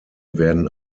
werden